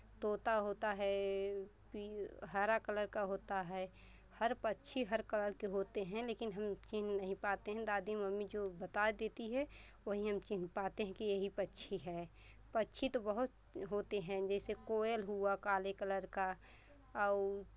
तोता होता है पी हरा कलर का होता है हर पक्षी हर कलर के होते हैं लेकिन हम चिन्ह नहीं पाते हैं दादी मम्मी जो बता देती है वही हम चिन्ह पाते हैं कि यही पक्षी है पक्षी तो बहुत होते हैं जैसे कोयल हुआ काले कलर का आ वो